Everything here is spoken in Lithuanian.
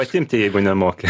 atimti jeigu nemoki